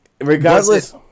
regardless